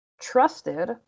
Trusted